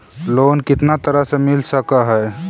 Loan कितना तरह से मिल सक है?